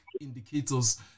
indicators